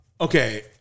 okay